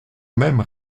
même